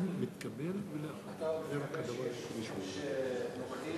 אתה חושב שיש שופטים נוחים